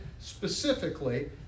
specifically